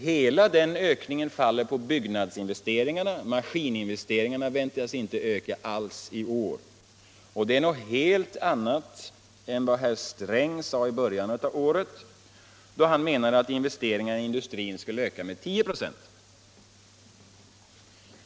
Hela den ökningen faller på byggnadsinvesteringarna. Maskininvesteringarna väntas inte öka alls i år. Detta är något helt annat än vad herr Sträng sade i början av året, då han menade att investeringarna i industrin skulle öka med 10 96.